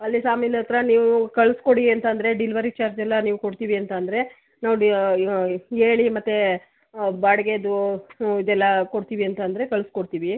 ಅಲ್ಲಿ ಸಾಮಿಲ್ ಹತ್ರ ನೀವು ಕಳಿಸ್ಕೊಡಿ ಅಂತಂದರೆ ಡಿಲ್ವರಿ ಚಾರ್ಜೆಲ್ಲ ನೀವು ಕೊಡ್ತೀವಿ ಅಂತಂದರೆ ನೋಡಿ ಇವು ಇವು ಹೇಳಿ ಮತ್ತು ಬಾಡಿಗೇದು ಇದೆಲ್ಲ ಕೊಡ್ತೀವಿ ಅಂತಂದರೆ ಕಳಿಸ್ಕೊಡ್ತೀವಿ